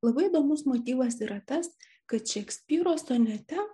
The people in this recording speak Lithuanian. labai įdomus motyvas yra tas kad šekspyro sonete